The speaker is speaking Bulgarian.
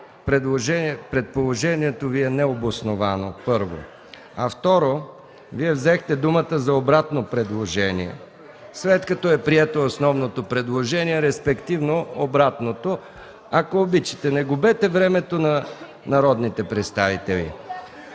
предположението Ви е необосновано – първо. Второ, Вие взехте думата за обратно предложение. След като е прието основното предложение, респективно – обратното отпада. Ако обичате, не губете времето на народните представители.